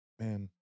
Man